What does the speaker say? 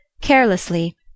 carelessly